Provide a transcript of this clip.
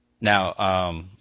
Now